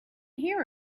hear